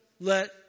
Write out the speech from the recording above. let